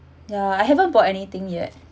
ya I haven't bought anything yet